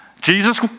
Jesus